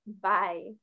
bye